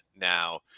now